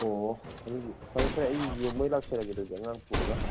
ꯑꯣ ꯑꯗꯨꯗꯤ ꯐꯔꯦ ꯐꯔꯦ ꯑꯩꯁꯨ ꯌꯦꯡꯕ ꯑꯣꯏꯅ ꯂꯥꯛꯆꯔꯒꯦ ꯑꯗꯨꯗꯤ ꯑꯉꯥꯡ ꯄꯨꯔꯒ